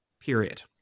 Period